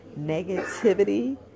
negativity